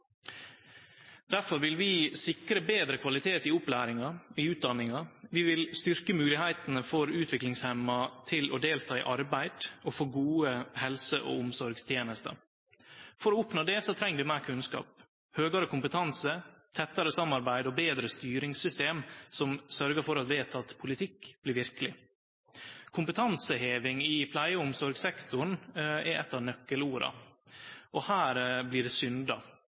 Derfor vil vi sikre betre kvalitet i opplæringa og i utdanninga. Vi vil styrkje moglegheitene for utviklingshemma til å delta i arbeid og få gode helse- og omsorgstenester. For å oppnå det treng vi meir kunnskap, høgare kompetanse, tettare samarbeid og betre styringssystem som sørgjer for at vedteken politikk blir verkeleg. Kompetanseheving i pleie- og omsorgssektoren er eitt av nøkkelorda, og her blir det synda.